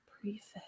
prefix